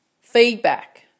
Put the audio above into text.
feedback